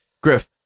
Griff